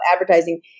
advertising